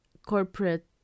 corporate